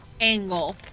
angle